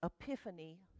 Epiphany